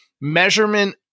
measurement